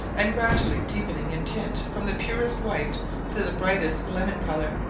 and gradually deepening in tint from the purest white to the brightest lemon colour.